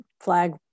flag